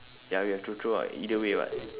ya we have to throw out either way what